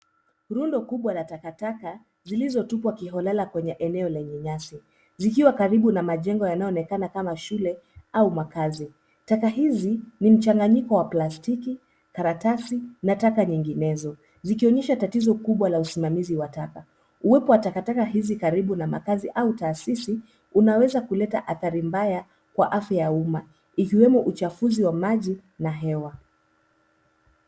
Rundo kubwa la takataka zilizotupwa kiholela kwenye eneo lenye nyasi zikiwa na majengo yanayoonekana shule au makazi. Taka hizi ni mchanganyiko wa plastiki, karatasi na taka nyinginezo zikionyesha tatizo kubwa la usimamizi wa taka. Uwepo wa takataka hizi karibu na makazi au taasisi unaweza kuleta athari mbaya kwa afya ya umma ikiwemo uchafuzi wa maji na hewa.